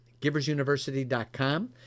giversuniversity.com